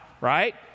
Right